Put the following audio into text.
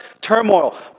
turmoil